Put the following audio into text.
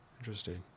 Interesting